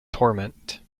torment